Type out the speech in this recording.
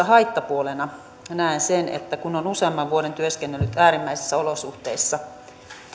haittapuolena näen sen että kun on useamman vuoden työskennellyt äärimmäisissä olosuhteissa